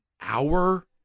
hour